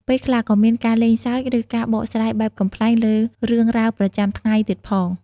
ពេលខ្លះក៏មាន ការលេងសើច ឬការបកស្រាយបែបកំប្លែងលើរឿងរ៉ាវប្រចាំថ្ងៃទៀតផង។